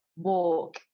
walk